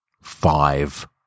Five